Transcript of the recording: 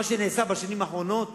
מה שנעשה בשנים האחרונות